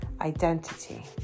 identity